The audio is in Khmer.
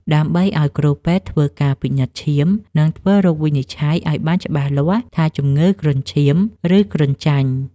ដើម្បីឱ្យគ្រូពេទ្យធ្វើការពិនិត្យឈាម និងធ្វើរោគវិនិច្ឆ័យឱ្យបានច្បាស់លាស់ថាជាជំងឺគ្រុនឈាម ឬគ្រុនចាញ់។